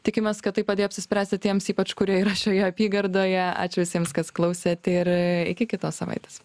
tikimės kad tai padėjo apsispręsti tiems ypač kurie yra šioje apygardoje ačiū visiems kas klausė ir iki kitos savaitės